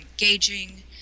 engaging